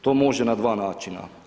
To može na dva načina.